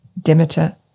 Demeter